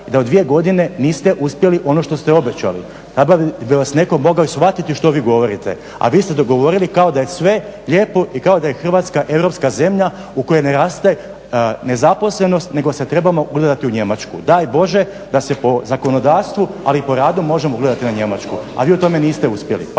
da u dvije godine niste uspjeli ono što ste obećali, da bi vas netko mogao shvatiti što vi govorite, a vi ste govorili kao da je sve lijepo i kao da je Hrvatska europska zemlja u kojoj ne raste nezaposlenost, nego se trebamo ugledati u Njemačku. Daj Bože da se po zakonodavstvu, ali i po radu možemo ugledati na Njemačku, ali vi u tome niste uspjeli